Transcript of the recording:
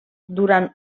durant